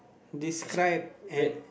describe an